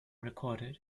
recorded